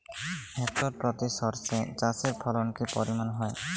Hectare প্রতি সর্ষে চাষের ফলন কি পরিমাণ হয়?